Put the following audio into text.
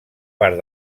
part